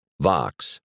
Vox